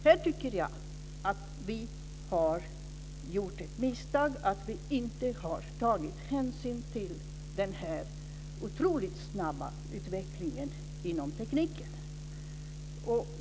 Här tycker jag att vi har gjort ett misstag och inte tagit hänsyn till den otroligt snabba tekniska utvecklingen.